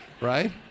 right